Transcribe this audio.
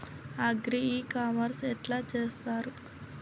Agri e commerce ఎట్ల చేస్తరు?